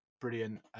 brilliant